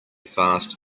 fast